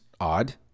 odd